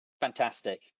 Fantastic